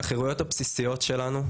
החירויות הבסיסיות שלנו,